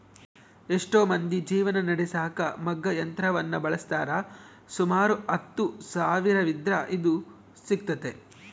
ಎಷ್ಟೊ ಮಂದಿ ಜೀವನ ನಡೆಸಕ ಮಗ್ಗ ಯಂತ್ರವನ್ನ ಬಳಸ್ತಾರ, ಸುಮಾರು ಹತ್ತು ಸಾವಿರವಿದ್ರ ಇದು ಸಿಗ್ತತೆ